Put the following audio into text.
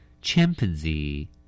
Chimpanzee